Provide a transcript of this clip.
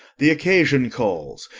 the occasion calls,